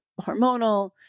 hormonal